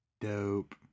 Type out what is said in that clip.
Dope